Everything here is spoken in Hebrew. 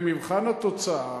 במבחן התוצאה,